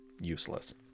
useless